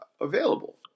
available